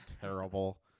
terrible